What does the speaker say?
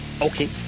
Okay